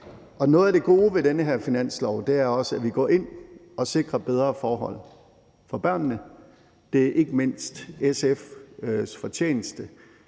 noget af det gode ved den her finanslov er også, at vi går ind og sikrer bedre forhold for børnene. Det er ikke mindst SF's fortjeneste,